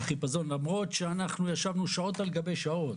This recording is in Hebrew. והחיפזון, למרות שאנחנו ישבנו שעות על גבי שעות,